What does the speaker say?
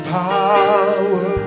power